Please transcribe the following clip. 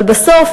אבל בסוף,